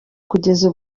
kugeza